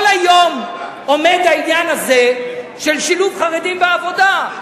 כל היום עומד העניין הזה, של שילוב חרדים בעבודה.